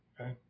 Okay